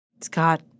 Scott